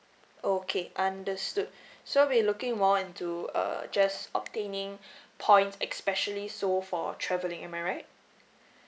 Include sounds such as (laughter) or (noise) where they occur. okay understood (breath) so we're looking more into uh just obtaining (breath) points especially so for travellingam I right